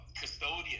custodian